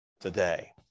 today